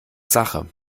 sache